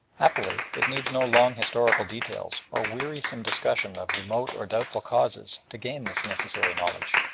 happily, it needs no long historical details, or wearisome discussion of remote or doubtful causes to gain this necessary knowledge.